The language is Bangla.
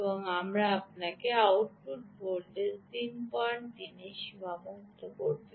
আমরা আপনাকে আউটপুট ভোল্টেজ 33 এ সীমাবদ্ধ করতে দেব